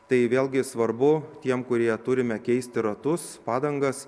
tai vėlgi svarbu tiem kurie turime keisti ratus padangas